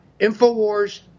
InfoWars